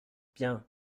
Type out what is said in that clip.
bien